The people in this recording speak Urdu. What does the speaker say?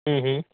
ہوں ہوں